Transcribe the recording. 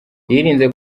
yirinze